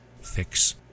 fix